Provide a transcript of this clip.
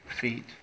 feet